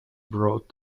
brought